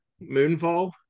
Moonfall